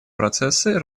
процесса